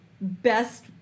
best